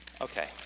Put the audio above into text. Okay